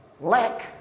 lack